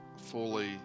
fully